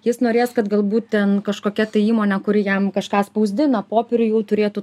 jis norės kad galbūt ten kažkokia tai įmonė kuri jam kažką spausdina popierių jau turėtų